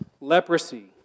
leprosy